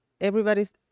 everybody's